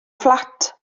fflat